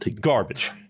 garbage